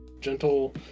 gentle